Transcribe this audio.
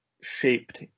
shaped